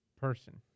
person